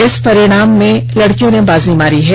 इस परिणाम में लड़कियों ने बाजी मारी है